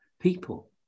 people